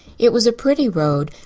it was a pretty road,